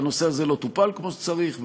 שהנושא הזה לא טופל כמו שצריך,